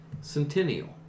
Centennial